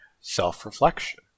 self-reflection